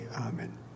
amen